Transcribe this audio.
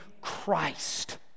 Christ